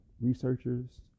researchers